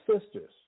sisters